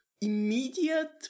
immediate